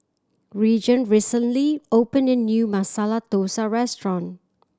Regan recently opened a new Masala Dosa Restaurant